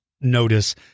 notice